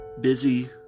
busy